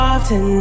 Often